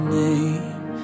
name